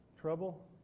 trouble